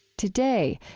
today,